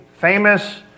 famous